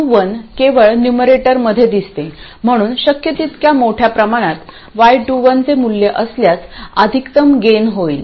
आणि y21 केवळ न्यूमरेटरमध्ये दिसते म्हणून शक्य तितक्या मोठ्या प्रमाणात y21 चे मूल्य असल्यास अधिकतम गेन होईल